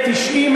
שייחרץ,